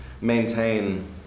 maintain